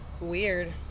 Weird